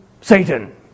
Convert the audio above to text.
Satan